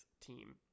team